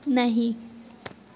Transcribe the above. नहीं